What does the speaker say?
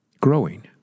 growing